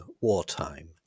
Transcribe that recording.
wartime